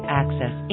access